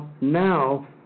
now